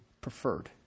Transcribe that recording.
preferred